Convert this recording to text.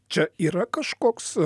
čia yra kažkoks